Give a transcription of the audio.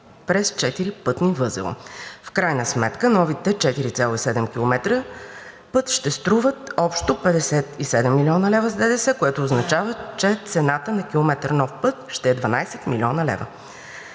четири пътни възела. В крайна сметка новите 4,7 км път ще струват общо 57 млн. лв. с ДДС, което означава, че цената на километър нов път ще е 12 млн. лв.